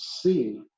see